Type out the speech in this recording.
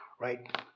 Right